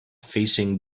facing